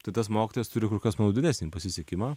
tai tas mokytojas turi kur kas manau didesnį pasisekimą